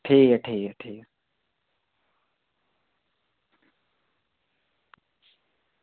ठीक ऐ ठीक ऐ ठीक